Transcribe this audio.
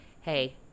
Hey